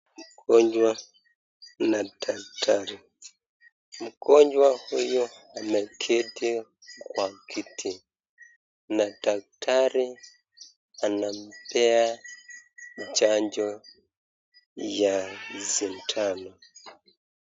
Mgonjwa na daktari. Mgonjwa huyu ameketi kwa kiti na daktari anampea chanjo ya sindano.